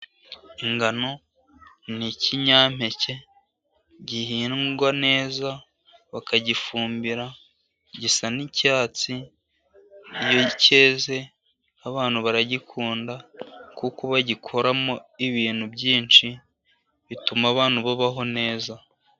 Ingano ni ikinyampeke gihingwa neza, bakagifumbira gisa n'icyatsi. Iyo cyeze abantu baragikunda, kuko bagikoramo ibintu byinshi bituma abantu babaho neza.